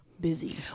busy